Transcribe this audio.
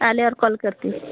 आल्यावर कॉल करते